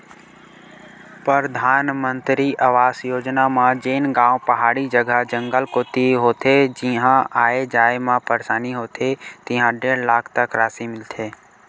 परधानमंतरी आवास योजना म जेन गाँव पहाड़ी जघा, जंगल कोती होथे जिहां आए जाए म परसानी होथे तिहां डेढ़ लाख तक रासि मिलथे